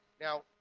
Now